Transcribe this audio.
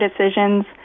decisions